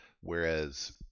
Whereas